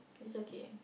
it's okay